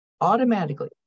automatically